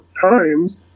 times